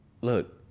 Look